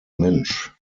mensch